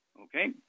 Okay